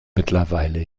mittlerweile